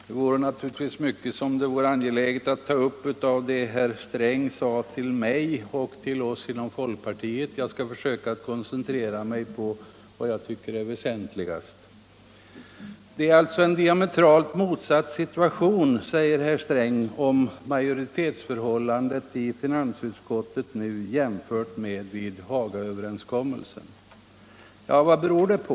Herr talman! Mycket av det herr Sträng sade till mig och till oss inom folkpartiet är angeläget att ta upp. Jag skall emellertid försöka koncentrera mig till vad jag tycker är väsentligast. Det råder en diametralt motsatt situation, säger herr Sträng om majoritetsförhållandet i finansutskottet nu jämfört med vid Hagaöverenskommelsen. Vad beror det på?